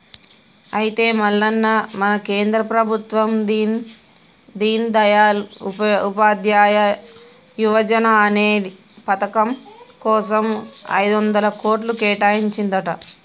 అయితే మల్లన్న మన కేంద్ర ప్రభుత్వం దీన్ దయాల్ ఉపాధ్యాయ యువజన అనే పథకం కోసం ఐదొందల కోట్లు కేటాయించిందంట